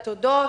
לתודות.